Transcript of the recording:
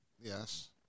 Yes